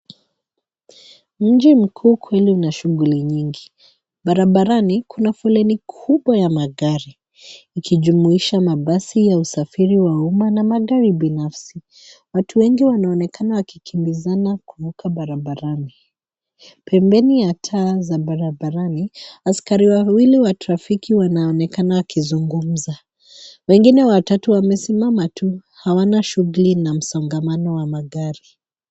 Mji mkuu kweli una shughuli nyingi. Barabarani kuna foleni kubwa ya magari ikijumisha mabasi ya usafiri wa umma na magari binafsi. Watu wengi wanaonekana wakikimbizana kuvuka barabarani. Pembeni ya taa za barabarani, askari wawili wa trafiki wanaonekana wakizungumza. Wengine watatu wamesimama tu hawana shughuli na msongamano wa magari.